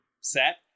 set